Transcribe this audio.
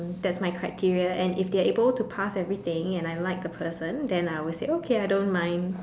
that's my criteria and if they are able to pass everything and I like the person then I would say okay I don't mind